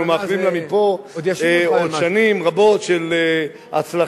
אנחנו מאחלים לה מפה עוד שנים רבות של הצלחה